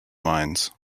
mines